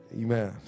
amen